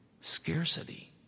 scarcity